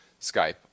Skype